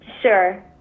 sure